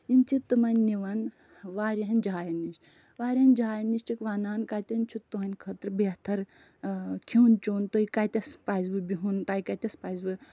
یِم چھِ تِمَن نِوان واریاہَن جایَن نِش واریاہَن جایَن نِش چھِکھ وَنان کَتٮ۪ن چھِ تُہٕنٛدِ خٲطرٕ بہتر کھٮ۪ون چٮ۪ون تُہۍ کَتیس پَزِوٕ بِہُن تۄہہِ کَتٮ۪س پَزِوٕ